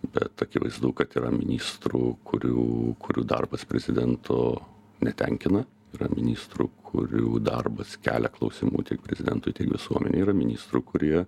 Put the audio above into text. bet akivaizdu kad yra ministrų kurių kurių darbas prezidento netenkina yra ministrų kurių darbas kelia klausimų tiek prezidentui tiek visuomenei yra ministrų kurie